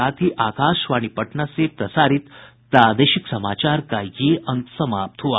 इसके साथ ही आकाशवाणी पटना से प्रसारित प्रादेशिक समाचार का ये अंक समाप्त हुआ